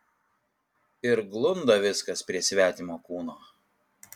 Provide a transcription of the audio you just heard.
ir glunda viskas prie svetimo kūno